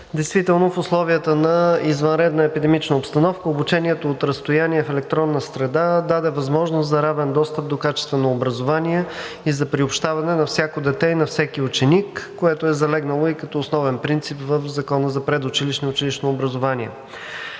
действително в условията на извънредна епидемична обстановка обучението от разстояние в електронна среда даде възможност за равен достъп до качествено образование за приобщаване на всяко дете и на всеки ученик, което е залегнало и като основен принцип в Закона за предучилищното и училищното образование.